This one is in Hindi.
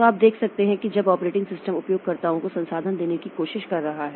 तो आप देख सकते हैं कि जब ऑपरेटिंग सिस्टम उपयोगकर्ताओं को संसाधन देने की कोशिश कर रहा है